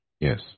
Yes